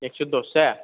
एक्स' दस जाया